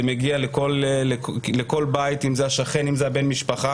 זה מגיע לכל בית, אם זה השכן, אם זה בן המשפחה.